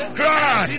cry